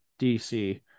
DC